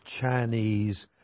Chinese